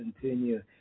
continue